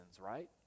right